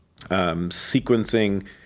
sequencing